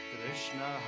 Krishna